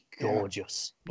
gorgeous